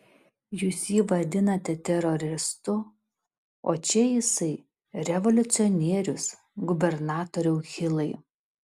jūs jį vadinate teroristu o čia jisai revoliucionierius gubernatoriau hilai